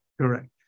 correct